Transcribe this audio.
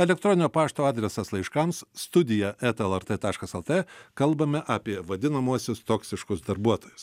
elektroninio pašto adresas laiškams studija eta lrt taškas lt kalbame apie vadinamuosius toksiškus darbuotojus